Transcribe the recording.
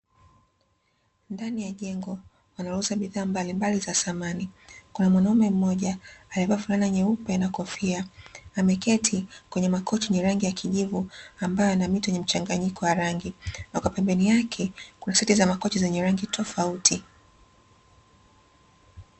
Ndani ya jengo wanalouza bidhaa mbalimbali za samani, kuna mwanaume mmoja aliyevaa fulana nyeupe na kofia, ameketi kwenye makochi yenye rangi ya kijivu ambayo yana mito yenye mchanganyiko wa rangi, na kwa pembeni yake, kuna seti za makochi zenye rangi tofauti.